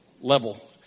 level